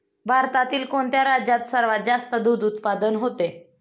भारतातील कोणत्या राज्यात सर्वात जास्त दूध उत्पादन होते?